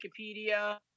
wikipedia